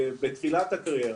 בתחילת הקריירה,